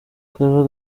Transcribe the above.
claver